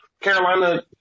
Carolina